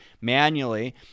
manually